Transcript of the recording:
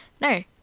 No